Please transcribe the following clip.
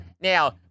Now